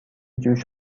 جوش